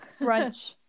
brunch